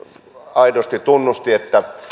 aidosti tunnusti